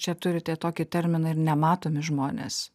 čia turite tokį terminą ir nematomi žmonės